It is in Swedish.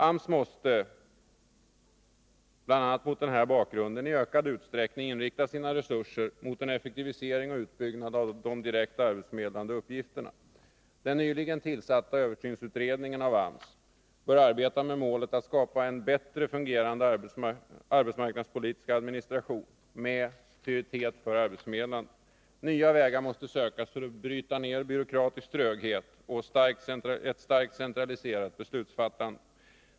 AMS måste, bl.a. mot den här bakgrunden, i ökad utsträckning inrikta sina resurser mot en effektivisering och utbyggnad av de direkt arbetsförmedlande uppgifterna. Den nyligen tillsatta utredningen för översyn av AMS bör arbeta med målet att skapa en bättre fungerande arbetsmarknadspolitisk administration med prioritet för arbetsförmedlingen. Nya vägar måste sökas för att bryta ned byråkratisk tröghet och ett starkt centraliserat beslutsfattande.